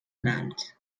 orals